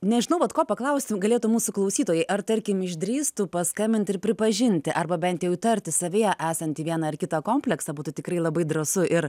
nežinau vat ko paklausti galėtų mūsų klausytojai ar tarkim išdrįstų paskambinti ir pripažinti arba bent jau įtarti savyje esantį vieną ar kitą kompleksą būtų tikrai labai drąsu ir